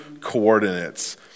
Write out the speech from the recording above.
coordinates